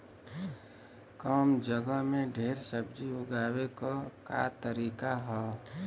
कम जगह में ढेर सब्जी उगावे क का तरीका ह?